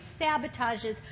sabotages